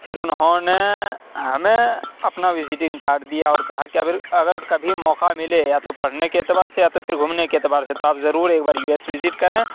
پھر انہوں نے ہمیں اپنا وزیٹنگ کارڈ دیا اور کہا کہ اگر اگر کبھی موقعہ ملے یا تو پڑھنے کے اعتبار سے یا تو پھر گھومنے کے اعتبار سے تو آپ ضرور ایک بار یو ایس وزٹ کریں